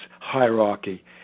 hierarchy